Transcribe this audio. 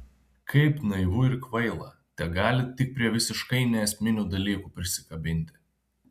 kaip naivu ir kvaila tegalit tik prie visiškai neesminių dalykų prisikabinti